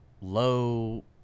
low